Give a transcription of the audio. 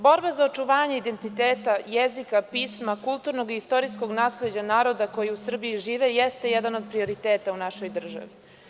Borba za očuvanje identiteta, jezika, pisma, kulturnog i istorijskog nasleđa naroda koji u Srbiji žive jeste jedan od prioriteta u našoj državi.